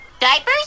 Diapers